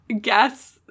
guess